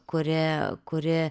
kuri kuri